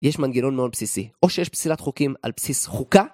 יש מנגנון מאוד בסיסי, או שיש פסילת חוקים על בסיס חוקה.